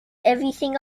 everything